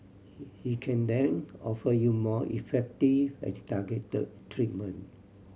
he he can then offer you more effective and targeted treatment